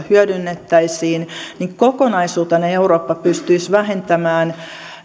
hyödynnettäisiin niin kokonaisuutena eurooppa pystyisi vähentämään